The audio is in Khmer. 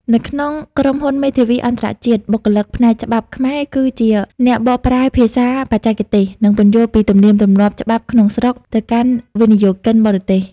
នៅក្នុងក្រុមហ៊ុនមេធាវីអន្តរជាតិ បុគ្គលិកផ្នែកច្បាប់ខ្មែរគឺជាអ្នកបកប្រែភាសាបច្ចេកទេស និងពន្យល់ពីទំនៀមទម្លាប់ច្បាប់ក្នុងស្រុកទៅកាន់វិនិយោគិនបរទេស។